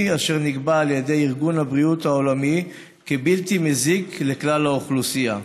אשר נקבע על ידי ארגון הבריאות העולמי כבלתי מזיק לכלל האוכלוסייה.